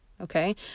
okay